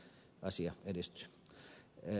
arvoisa puhemies